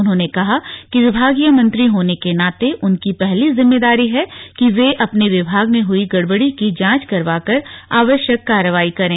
उन्होंने कहा कि विभागीय मंत्री होने के नाते उनकी पहली जिम्मेदारी है कि वे अपने विभाग में हुई गड़बड़ी की जांच करवाकर आवश्यक कार्रवाई करें